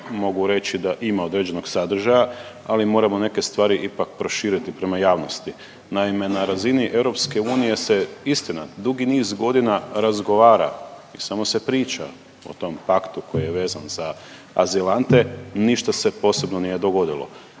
mogu reći da ima određenog sadržaja, ali moramo neke stvari ipak proširiti prema javnosti. Naime, na razini EU se, istina, dugi niz godina razgovara, samo se priča o tom aktu koji je vezan za azilante, ništa se posebno nije dogodilo.